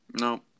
No